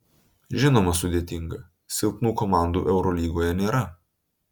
žinoma sudėtinga silpnų komandų eurolygoje nėra